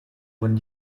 wurden